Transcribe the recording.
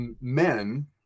men